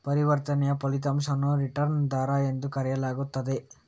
ಪರಿವರ್ತನೆಯ ಫಲಿತಾಂಶವನ್ನು ರಿಟರ್ನ್ ದರ ಎಂದು ಕರೆಯಲಾಗುತ್ತದೆ